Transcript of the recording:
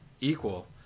equal